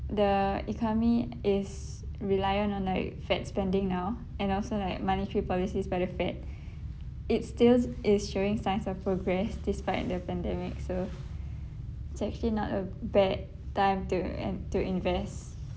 the economy is reliant on like FED spending now and also like monetary policies benefit it's still it's showing signs of progress despite the pandemic so it's actually not a bad time to and to invest